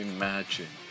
Imagine